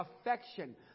affection